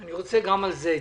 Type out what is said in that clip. אני רוצה התייחסות גם על זה.